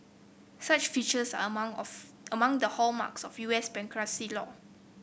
such features are among of among the hallmarks of U S bankruptcy law